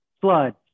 flood